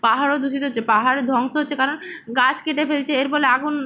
পাহাড়ও দূষিত হচ্ছে পাহাড় ধ্বংস হচ্ছে কারণ গাছ কেটে ফেলছে এর ফলে আগুন